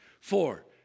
Four